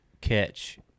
catch